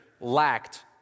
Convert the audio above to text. lacked